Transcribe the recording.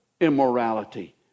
immorality